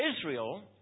Israel